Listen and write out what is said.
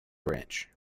branch